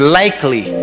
likely